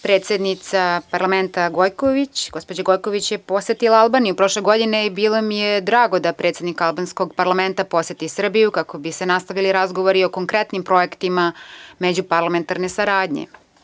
Predsednica parlamenta gospođa Gojković je posetila Albaniju prošle godine i bilo mi je drago da predsednik albanskog parlamenta poseti Srbiju kako bi se nastavili razgovori o konkretnim projektima međuparlamentarne saradnje.